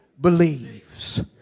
believes